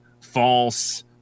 false